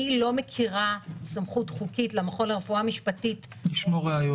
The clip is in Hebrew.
אני לא מכירה סמכות חוקית למכון לרפואה משפטית --- לשמור ראיות.